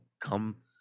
come